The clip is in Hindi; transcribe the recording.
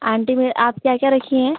आंटी मैं आप क्या क्या रखी हैं